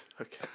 Okay